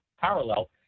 parallel